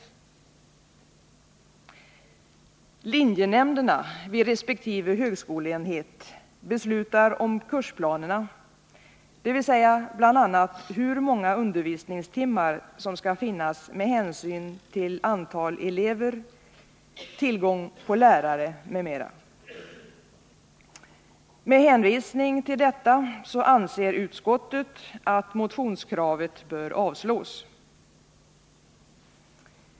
Linjenämnderna vid resp. högskoleenhet beslutar om kursplanerna, bl.a. hur många undervisningstimmar som skall finnas med hänsyn till antal elever, tillgång på lärare m.m. Med hänvisning till detta anser utskottet att motionskravet bör avslås.